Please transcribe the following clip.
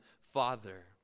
Father